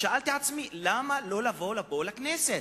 שאלתי את עצמי: למה לא לבוא לפה, לכנסת?